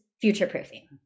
future-proofing